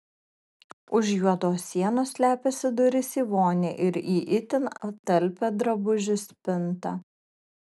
už juodos sienos slepiasi durys į vonią ir į itin talpią drabužių spintą